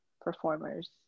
performers